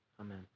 Amen